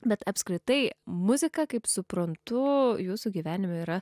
bet apskritai muzika kaip suprantu jūsų gyvenime yra